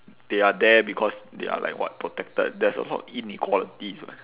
they are there because they are like what protected there's a lot of inequalities lah